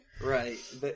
Right